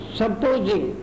supposing